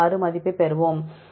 76 மதிப்பைப் பெறுவோம்